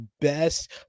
best